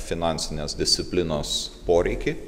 finansinės disciplinos poreikį